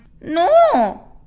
No